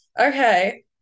Okay